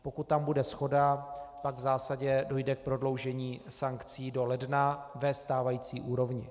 Pokud tam bude shoda, pak v zásadě dojde k prodloužení sankcí do ledna ve stávající úrovni.